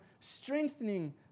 strengthening